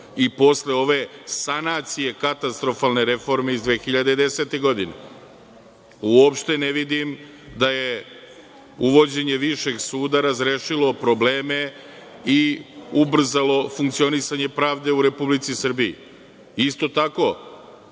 i posle ove sanacije katastrofalne reforme iz 2010. godine. Uopšte ne vidim da je uvođenje Višeg suda razrešilo probleme i ubrzalo funkcionisanje pravde u Republici Srbiji. Isto tako,